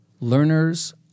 learners